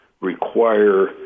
require